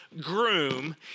groom